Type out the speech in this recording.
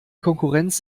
konkurrenz